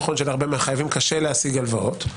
נכון שלהרבה מהחייבים קשה להשיג הלוואות,